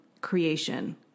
creation